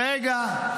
רגע.